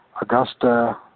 Augusta